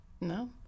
No